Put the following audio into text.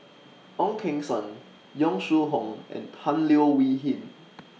Ong Keng Sen Yong Shu Hoong and Tan Leo Wee Hin